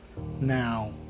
Now